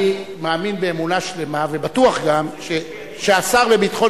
אני מאמין באמונה שלמה ובטוח גם שהשר לביטחון